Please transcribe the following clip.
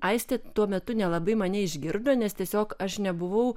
aistė tuo metu nelabai mane išgirdo nes tiesiog aš nebuvau